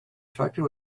tractor